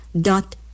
dot